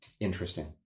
Interesting